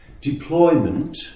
deployment